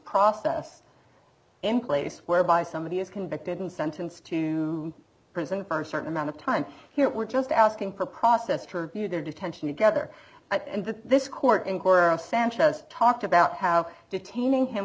process in place whereby somebody is convicted and sentenced to prison for a certain amount of time here we're just asking for a process her view their detention together and that this court inquire of sanchez talked about how detaining him